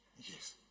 yes